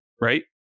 right